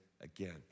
again